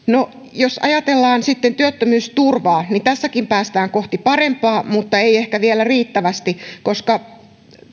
jos ajatellaan sitten työttömyysturvaa niin tässäkin päästään kohti parempaa mutta ei ehkä vielä riittävästi koska